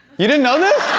you didn't know this?